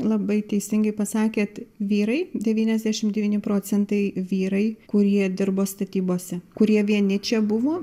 labai teisingai pasakėt vyrai devyniasdešim devyni procentai vyrai kurie dirbo statybose kurie vieni čia buvo